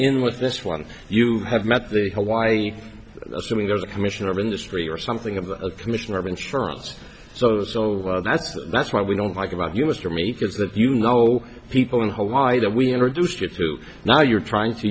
in with this one you have met the hawaii assuming there's a commission of industry or something of the commissioner of insurance so that's that's why we don't like about you mr meek is that you know people in hawaii that we introduced you to now you're trying to